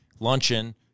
luncheon